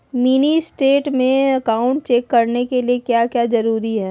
Mini state में account check करने के लिए क्या क्या जरूरी है?